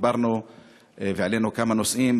ודיברנו והעלינו כמה נושאים,